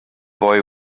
boy